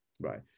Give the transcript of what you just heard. Right